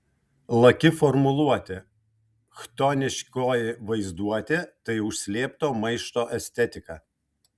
laki formuluotė chtoniškoji vaizduotė tai užslėpto maišto estetika